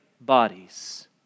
bodies